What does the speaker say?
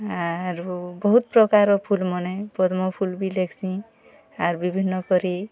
ଆରୁ ବହୁତ ପ୍ରକାର ଫୁଲ୍ମାନେ ପଦ୍ମ ଫୁଲ୍ ବି ଲେଖ୍ସି ଆର୍ ବିଭିନ୍ନ କରି